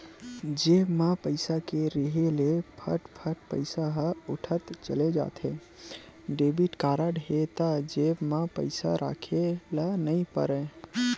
जेब म पइसा के रेहे ले फट फट पइसा ह उठत चले जाथे, डेबिट कारड हे त जेब म पइसा राखे ल नइ परय